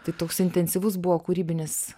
tai toks intensyvus buvo kūrybinis